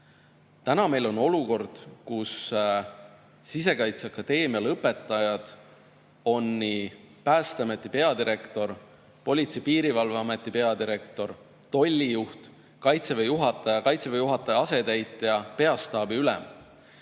Täna meil on olukord, kus Sisekaitseakadeemia lõpetajad on nii Päästeameti peadirektor, Politsei‑ ja Piirivalveameti peadirektor, tolli juht, Kaitseväe juhataja, Kaitseväe juhataja asetäitja, peastaabi ülem.